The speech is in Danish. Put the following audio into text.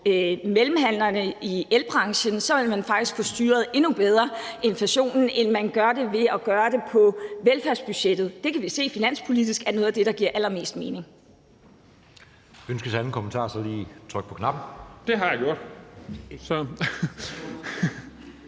mellemhandlerne i elbranchen; så vil man faktisk kunne styre inflationen endnu bedre, end man gør det ved at gøre det på velfærdsbudgettet. Det kan vi se er noget af det, der finanspolitisk giver allermest mening.